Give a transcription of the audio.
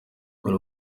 buri